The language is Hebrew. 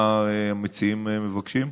מה המציעים מבקשים?